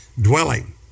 dwelling